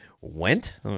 went